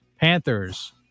Panthers